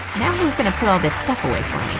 now who's gonna put all this stuff away for